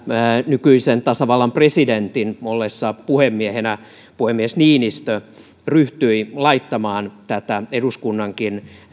nykyisen tasavallan presidentin ollessa puhemiehenä puhemies niinistö ryhtyi laittamaan tätä eduskunnankin